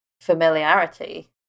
familiarity